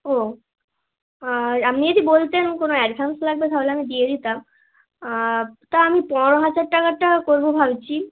ও আর আপনি যদি বলতেন কোনো অ্যাডভান্স লাগবে তাহলে আমি দিয়ে দিতাম তা আমি পনেরো হাজার টাকারটা করবো ভাবছি